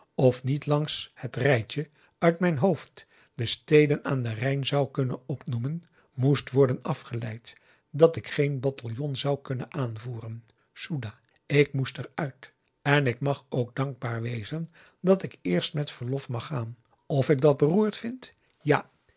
of niet langs het rijtje uit mijn hoofd de steden aan den rijn zou kunnen opnoemen moest worden afgeleid dat ik geen bataljon zou kunnen aanvoeren s o e d a h ik moest er uit en ik mag nog dankbaar wezen dat ik eerst met verlof mag gaan of ik dat beroerd vind ja